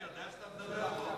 יודע שאתה מדבר פה?